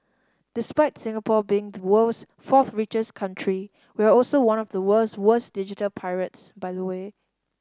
despite Singapore being the world's fourth richest country we're also one of the world's worst digital pirates by the way